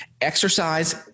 exercise